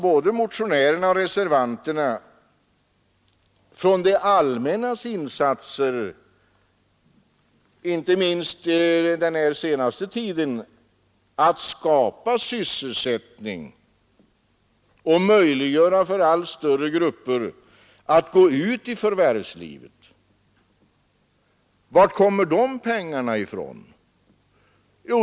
Både motionärerna och reservanterna bortser från det allmännas insatser, inte minst den senaste tiden, för att skapa sysselsättning och möjliggöra för allt större grupper att gå ut i förvärvslivet. Varifrån kommer de pengarna?